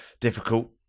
difficult